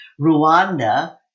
Rwanda